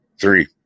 Three